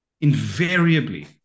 invariably –